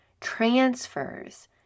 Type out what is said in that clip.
transfers